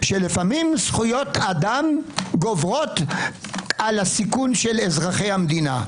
שלפעמים זכויות אדם גוברות על הסיכון של אזרחי המדינה.